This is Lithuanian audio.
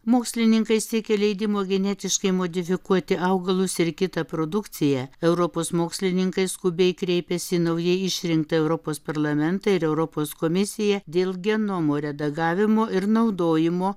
mokslininkai siekia leidimo genetiškai modifikuoti augalus ir kitą produkciją europos mokslininkai skubiai kreipėsi į naujai išrinktą europos parlamentą ir europos komisiją dėl genomo redagavimo ir naudojimo